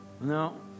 No